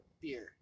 beer